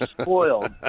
spoiled